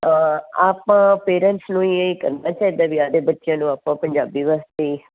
ਤਾਂ ਆਪਾਂ ਪੇਰੈਂਟਸ ਨੂੰ ਇਹ ਕਰਨਾ ਚਾਹੀਦਾ ਬੱਚਿਆਂ ਨੂੰ ਆਪਾਂ ਪੰਜਾਬੀ ਵਾਸਤੇ